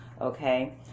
okay